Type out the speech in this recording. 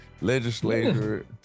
legislature